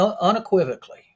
unequivocally